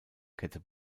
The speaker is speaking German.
kette